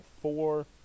four